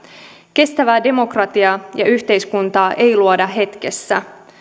kestävää demokratiaa ja yhteiskuntaa ei luoda hetkessä